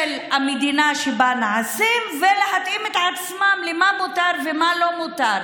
המדינה שבה הם נעשים ולהתאים את עצמם למה שמותר ולמה שלא מותר.